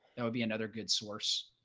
that would be another good source.